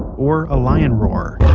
or a lion roar